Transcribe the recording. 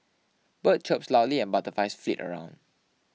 bird chirp loudly and butterflies flit around